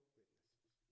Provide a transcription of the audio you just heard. witnesses